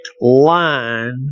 line